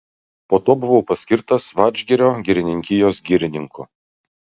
po to buvau paskirtas vadžgirio girininkijos girininku